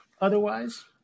otherwise